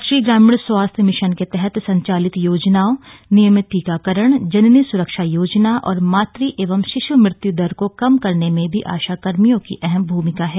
राष्ट्रीय ग्रामीण स्वास्थ्य मिशन के तहत संचालित योजनाओं नियमित टीकाकरण जननी स्रक्षा योजना और मातृ एवं शिश् मृत्य् दर कम करने में भी आशाकर्मियों की अहम भूमिका है